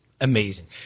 Amazing